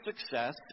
success